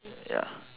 ya